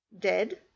Dead